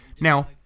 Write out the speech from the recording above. Now